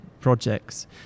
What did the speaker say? projects